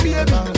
Baby